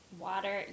Water